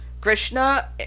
Krishna